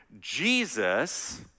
Jesus